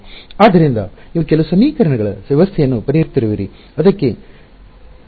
ಆದ್ದರಿಂದ ನೀವು ಕೆಲವು ಸಮೀಕರಣಗಳ ವ್ಯವಸ್ಥೆಯನ್ನು ಪರಿಹರಿಸುತ್ತಿರುವಿರಿ ಅದಕ್ಕೆ ಇದಕ್ಕೆ ನಿಜವಾದ ಭೌತಿಕ ಅರ್ಥವಿಲ್ಲ